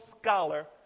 Scholar